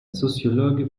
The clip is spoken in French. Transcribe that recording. sociologue